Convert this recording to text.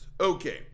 okay